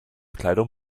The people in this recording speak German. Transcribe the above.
kleidung